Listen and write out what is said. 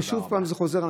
וזה חוזר שוב.